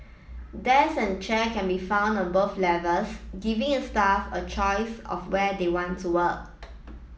desk and chair can be found on both levels giving a staff a choice of where they want to work